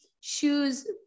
shoes